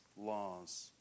laws